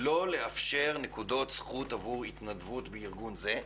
לא לאפשר נקודות זכות עבור התנדבות בארגון זה.